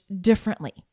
differently